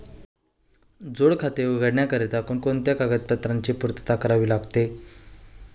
जोड खाते उघडण्याकरिता कोणकोणत्या कागदपत्रांची पूर्तता करावी लागते?